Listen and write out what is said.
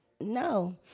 no